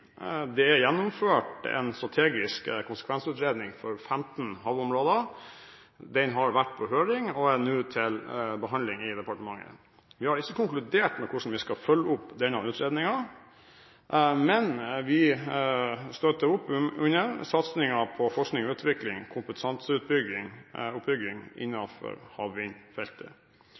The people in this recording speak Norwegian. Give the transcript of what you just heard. Det er gjennomført en strategisk konsekvensutredning for 15 havområder. Den har vært på høring og er nå til behandling i departementet. Vi har ikke konkludert med hvordan vi skal følge opp denne utredningen, men vi støtter opp under satsingen på forskning og utvikling – kompetanseoppbygging – på havvindfeltet.